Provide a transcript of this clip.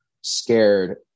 scared